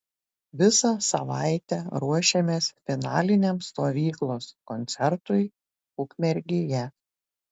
visą savaitę ruošėmės finaliniam stovyklos koncertui ukmergėje